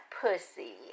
pussy